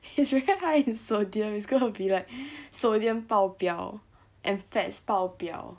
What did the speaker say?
it's very high in sodium it's gonna be like sodium 爆表 and fats 爆表